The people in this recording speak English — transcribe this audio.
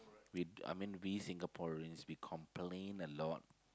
we I mean we Singaporeans we complain a lot